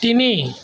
তিনি